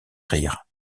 rires